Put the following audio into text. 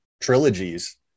trilogies